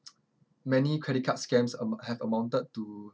many credit card scams am~ have amounted to